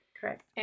Correct